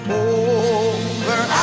over